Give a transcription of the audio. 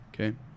Okay